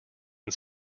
and